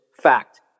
fact